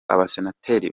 abasenateri